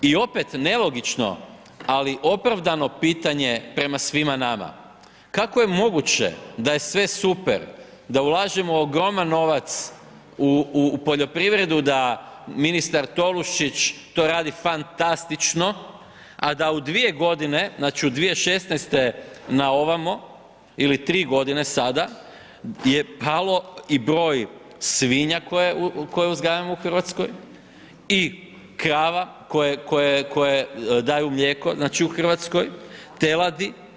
I opet nelogično, ali opravdano pitanje prema svima nama, kako je moguće da je sve super, da ulažemo ogroman novac u poljoprivredu, da ministar Tolušić to radi fantastično, a da u dvije godine, znači, u 2016. naovamo ili tri godine sada je palo i broj svinja koje uzgajamo u RH i krava koje daju mlijeko, znači, u RH, teladi.